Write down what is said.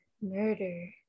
murder